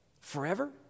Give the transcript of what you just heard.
forever